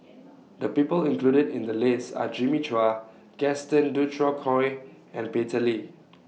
The People included in The list Are Jimmy Chua Gaston Dutronquoy and Peter Lee